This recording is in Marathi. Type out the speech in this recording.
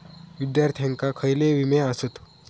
विद्यार्थ्यांका खयले विमे आसत?